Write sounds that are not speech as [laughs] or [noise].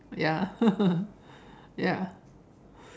ya [laughs] ya